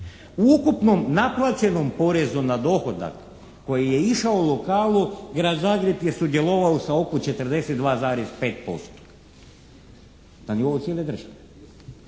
U ukupnom naplaćenom porezu na dohodak koji je išao… /Govornik se ne razumije./… Grad Zagreb je sudjelovao sa oko 42,5%. Na nivou cijele države.